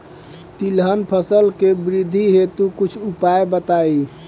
तिलहन फसल के वृद्धि हेतु कुछ उपाय बताई?